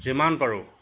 যিমান পাৰোঁ